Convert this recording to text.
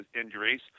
injuries